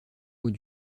mots